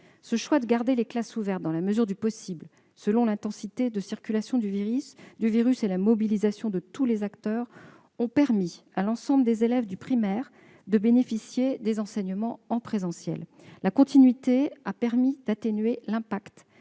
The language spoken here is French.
Ce choix de garder les classes ouvertes, dans la mesure du possible, selon l'intensité de circulation du virus, et la mobilisation de tous les acteurs ont permis à l'ensemble des élèves du primaire de bénéficier des enseignements en présentiel. La continuité a permis d'atténuer l'impact